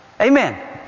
Amen